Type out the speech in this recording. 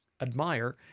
admire